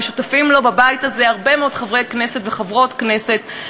ושותפים לזה בבית הזה הרבה מאוד חברי כנסת וחברות כנסת,